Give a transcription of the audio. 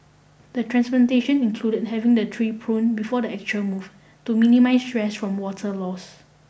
the transplantation included having the tree prune before the actual move to minimise stress from water loss